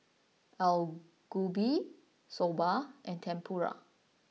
Alu Gobi Soba and Tempura